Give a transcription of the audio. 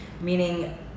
Meaning